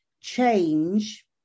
change